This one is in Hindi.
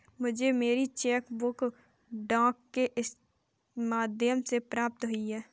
मुझे मेरी चेक बुक डाक के माध्यम से प्राप्त हुई है